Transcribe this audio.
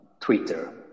Twitter